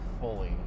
fully